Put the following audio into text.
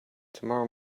tomorrow